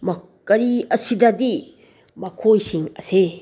ꯀꯔꯤ ꯑꯁꯤꯗꯗꯤ ꯃꯈꯣꯏꯁꯤꯡ ꯑꯁꯦ